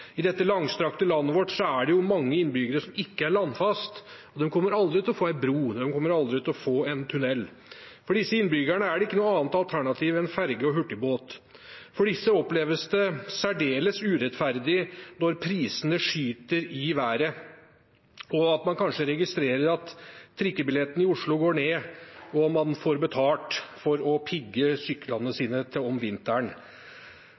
I dette langstrakte landet vårt er det mange innbyggere som ikke er landfaste. De kommer aldri til å få en bro, de kommer aldri til å få en tunnel. For disse innbyggerne er det ikke noe annet alternativ enn ferje og hurtigbåt. For disse oppleves det særdeles urettferdig når prisene skyter i været, og at man kanskje registrerer at trikkebilletten i Oslo går ned, og man får betalt for å pigge syklene sine om vinteren.